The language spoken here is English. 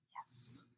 Yes